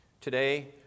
Today